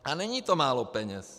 A není to málo peněz.